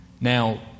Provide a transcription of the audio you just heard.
Now